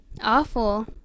awful